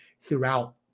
throughout